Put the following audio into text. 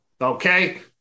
Okay